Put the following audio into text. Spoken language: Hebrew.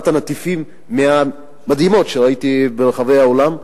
נטיפים מהמדהימות שראיתי ברחבי העולם,